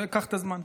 קח את הזמן.